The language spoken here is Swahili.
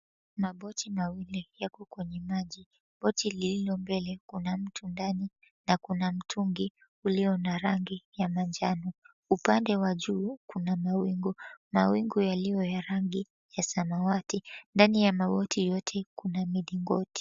Maboti mawili yako kwenye maji. Boti lililo mbele, kuna mtu ndani na kuna mtungi ulio na rangi ya manjano. Upande wa juu kuna mawingu, mawingu yaliyo ya rangi ya samawati. Ndani ya maboti yote kuna milingoti.